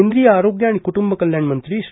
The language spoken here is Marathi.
केंद्रीय आरोग्य आणि कुटुंब कल्याण मंत्री श्री